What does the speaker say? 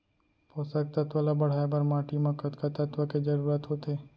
पोसक तत्व ला बढ़ाये बर माटी म कतका तत्व के जरूरत होथे?